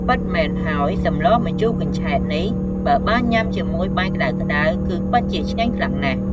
ពិតមែនហើយ សម្លម្ជូរកញ្ឆែតនេះ បើបានញ៉ាំជាមួយបាយក្តៅៗ គឺពិតជាឆ្ងាញ់ខ្លាំងណាស់។